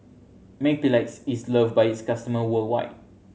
Mepilex is love by its customer worldwide